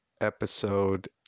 episode